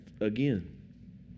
again